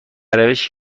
روشی